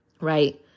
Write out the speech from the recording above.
right